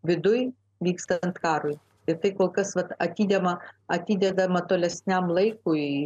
viduj vykstant karui į tai kol kas vat atidedama atidedama tolesniam laikui